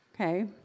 okay